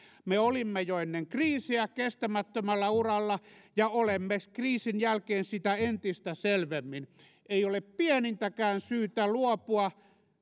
me olimme jo ennen kriisiä kestämättömällä uralla ja olemme kriisin jälkeen sitä entistä selvemmin ei ole pienintäkään syytä luopua